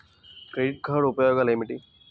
Credit card ఉపయోగాలు ఏమిటి?